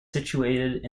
situated